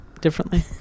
differently